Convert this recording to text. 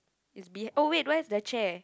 is be oh wait where's the chair